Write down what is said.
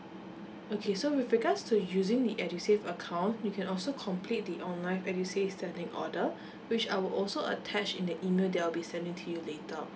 okay so with regards to using the edusave account you can also complete the online edusave standing order which I would also attach in the email that I'll be sending to you later